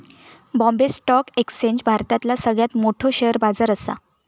Bombay stock exchange भारतातला सगळ्यात मोठो शेअर बाजार असा